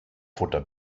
futter